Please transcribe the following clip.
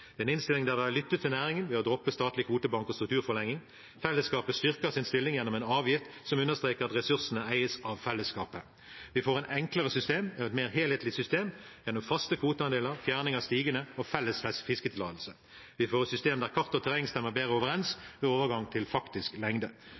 en innstilling der vi har lyttet til næringen ved å droppe statlig kvotebank og strukturforlenging. Fellesskapet styrker sin stilling gjennom en avgift som understreker at ressursene eies av fellesskapet. Vi får et enklere system og et mer helhetlig system gjennom faste kvoteandeler, fjerning av stigene og felles fiskeritillatelse. Vi får et system der kart og terreng stemmer bedre overens